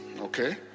okay